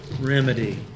remedy